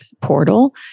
portal